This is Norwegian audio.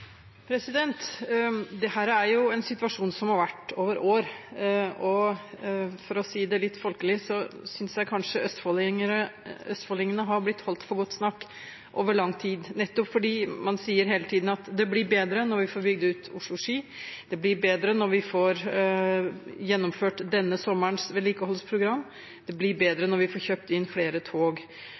er en situasjon som har vart over år. Og for å si det litt folkelig synes jeg kanskje østfoldingene har blitt holdt for godt snakk over lang tid nettopp fordi man hele tiden sier at det bli bedre når vi får bygd ut Oslo–Ski, det bli bedre når vi får gjennomført denne sommerens vedlikeholdsprogram, det bli bedre når vi får kjøpt inn flere tog.